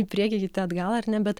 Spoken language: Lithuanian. į priekį kiti atgal ar ne bet